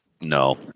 no